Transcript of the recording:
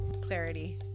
clarity